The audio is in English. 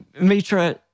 Mitra